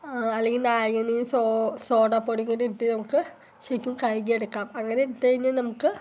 അല്ലെങ്കിൽ നാരങ്ങാനീര് സോ സോഡാപ്പൊടീങ്കൂടിട്ട് നമുക്ക് ശരിയ്ക്കും കഴുകിയെടുക്കാം അങ്ങനെ ഇട്ടൈഞ്ഞ നമുക്ക്